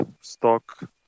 stock